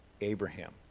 Abraham